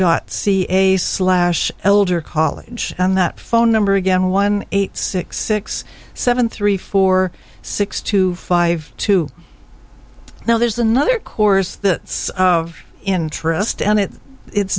dot ca slash elder college and that phone number again one eight six six seven three four six two five two now there's another course that's of interest on it it's